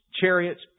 chariots